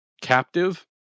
captive